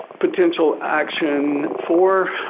potential action four,